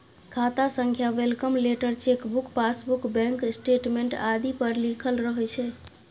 खाता संख्या welcome letter, chequebook, passbook, bank statement आदि पर लिखल रहै छै